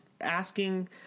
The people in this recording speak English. asking